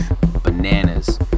Bananas